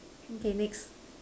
okay next